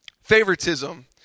Favoritism